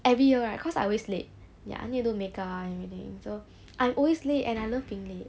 every year right cause I always late ya I need to do make up and everything ya so I'm always late and I love being late